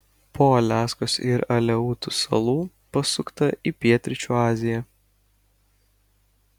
po aliaskos ir aleutų salų pasukta į pietryčių aziją